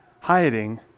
hiding